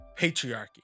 patriarchy